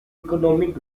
economic